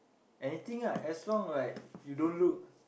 anything lah as long like you don't look